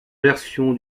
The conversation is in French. version